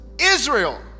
Israel